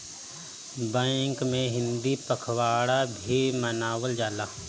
bank में हिंदी पखवाड़ा भी मनावल जाला